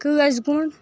قٲزۍگُنٛڈ